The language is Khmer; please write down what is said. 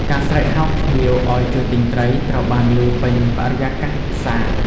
ការស្រែកហៅភ្ញៀវឱ្យជួយទិញត្រី ត្រូវបានឮពេញបរិយាកាសផ្សារ។